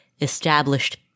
established